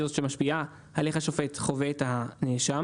זו שמשפיעה על איך השופט חווה את הנאשם.